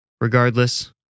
Regardless